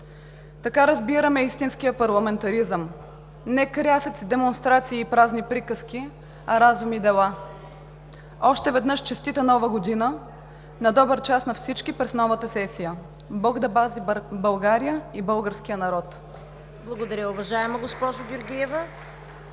Така разбираме истинския парламентаризъм – не крясъци, демонстрации и празни приказки, а разум и дела! Още веднъж: Честита Нова Година! На добър час на всички през новата сесия! Бог да пази България и българския народ! (Ръкопляскания от ВОЛЯ.)